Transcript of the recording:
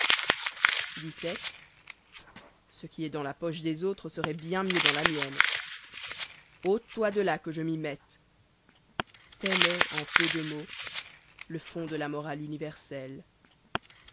xvii ce qui est dans la poche des autres serait bien mieux dans la mienne ote toi de là que je m'y mette tel est en peu de mots le fond de la morale universelle